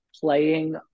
playing